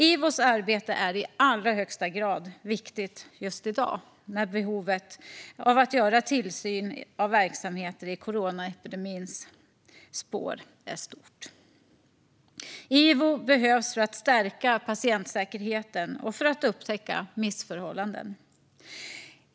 IVO:s arbete är i allra högsta grad viktigt just i dag, när behovet är stort av att göra tillsyn av verksamheter i coronaepidemins spår. IVO behövs för att stärka patientsäkerheten och för att upptäcka missförhållanden.